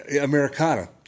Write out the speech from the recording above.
Americana